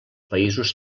països